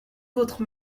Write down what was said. votre